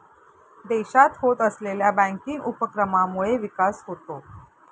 देशात होत असलेल्या बँकिंग उपक्रमांमुळे विकास होतो